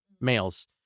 males